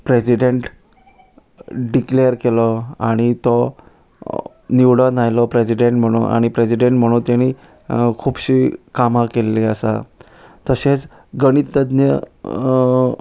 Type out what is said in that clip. president declare केलो आनी तो निवडून आयलो प्रेजीडेंट म्हुणोन आनी प्रेजीडंट म्हुणोन तेणी खुबशीं कामां केल्लीं आला तशेंच गणीततज्ञ